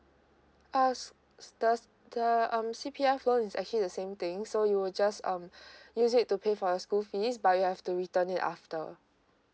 uh the the um C_P_F loan is actually the same thing so you will just um use it to pay for your school fees but you have to return it after